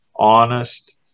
honest